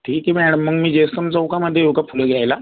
ठीक आहे मॅडम मग मी जयस्तंभ चौकामध्ये येऊ का फुलं घ्यायला